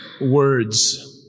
words